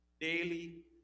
daily